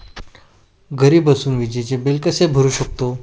घरी बसून विजेचे बिल कसे भरू शकतो?